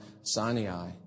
Sinai